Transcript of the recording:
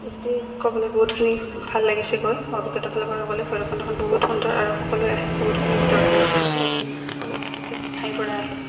ক'বলৈ বহুতখিনি ভাল লাগিছে গৈ অভিজ্ঞতা ফালৰ পৰা ক'লে ভৈৰৱকুণ্ডখন বহুত সুন্দৰ আৰু সকলোৱে আহে বহুতখিনি দৰ্শনকাৰী আহে আপোনাৰ সকলো ঠাইতে ঠাইৰ পৰা আহে